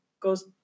goes